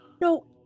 No